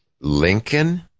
lincoln